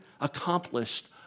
accomplished